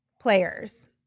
players